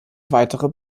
weitere